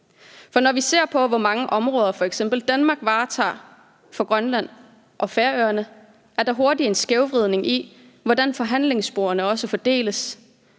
For når vi f.eks. ser på, hvor mange områder Danmark varetager for Grønland og Færøerne, er der hurtigt en skævvridning, med hensyn til hvordan der fordeles